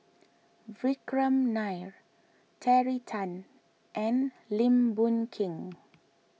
Vikram Nair Terry Tan and Lim Boon Keng